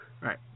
Right